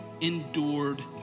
endured